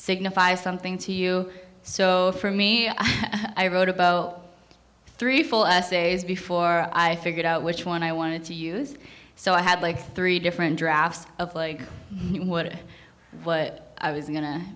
signifies something to you so for me i wrote three full essays before i figured out which one i wanted to use so i had like three different drafts of like you would what i was going to